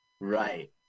Right